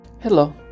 Hello